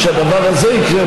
כשהדבר הזה יקרה,